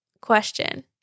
question